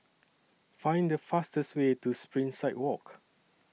Find The fastest Way to Springside Walk